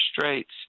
straits